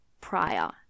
prior